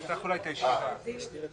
שמדבר על שמירה על הסדר,